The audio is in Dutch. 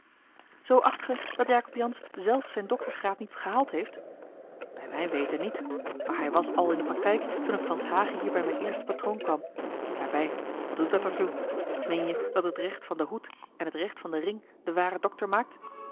acht ge dat jacob jansz zelf zijn doktersgraad niet gehaald heeft bij mijn weten niet maar hij was al in de praktijk toen ik van s hage hier bij mijn eersten patroon kwam daarbij wat doet dat er toe meen je dat het recht van den hoed en het recht van den ring den waren dokter maakt